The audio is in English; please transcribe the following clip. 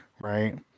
Right